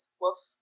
woof